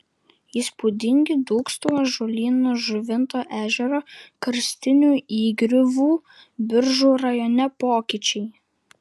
įspūdingi dūkštų ąžuolyno žuvinto ežero karstinių įgriuvų biržų rajone pokyčiai